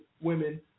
women